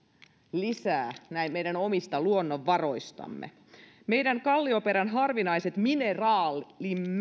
lisää meidän omista luonnonvaroistamme meidän kallioperämme harvinaisista mineraaleista